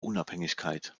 unabhängigkeit